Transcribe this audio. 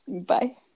bye